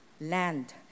Land